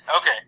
Okay